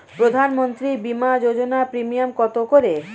প্রধানমন্ত্রী বিমা যোজনা প্রিমিয়াম কত করে?